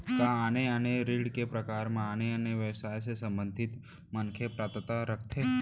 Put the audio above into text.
का आने आने ऋण के प्रकार म आने आने व्यवसाय से संबंधित मनखे पात्रता रखथे?